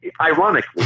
ironically